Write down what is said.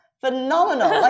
phenomenal